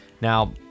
Now